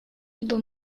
ибо